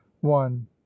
One